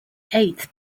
eighth